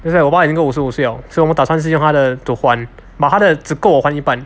that's why 我爸已经五十五岁了所以我们打算是用他的 to 还 but 他的只够我还一半